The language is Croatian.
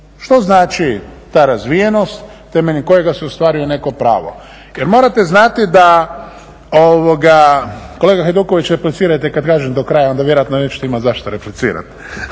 Što znači ta razvijenost temeljem kojega se ostvaruje neko pravo. Jer morate znati da, kolega Hajduković replicirajte kad kažem do kraja, onda vjerojatno nećete imati za što replicirati.